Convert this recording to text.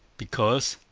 because,